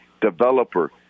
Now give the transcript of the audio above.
developer